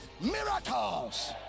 miracles